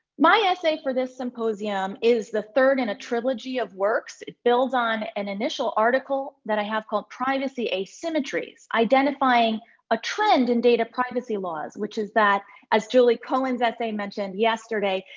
my essay for this symposium is the third in a trilogy of works. it builds on an initial article that i have called, privacy asymmetries identifying a trend in data privacy laws which is that, as julie cohen's essay mentioned yesterday,